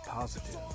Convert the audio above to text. Positive